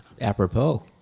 Apropos